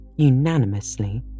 unanimously